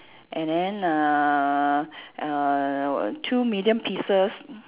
and then uh uh two medium pieces